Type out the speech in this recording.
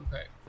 okay